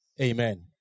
Amen